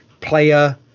player